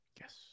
Yes